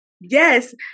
yes